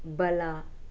ಬಲ